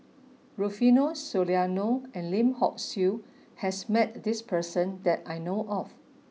Rufino Soliano and Lim Hock Siew has met this person that I know of